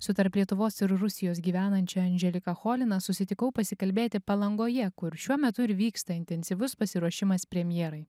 su tarp lietuvos ir rusijos gyvenančia andželika cholina susitikau pasikalbėti palangoje kur šiuo metu ir vyksta intensyvus pasiruošimas premjerai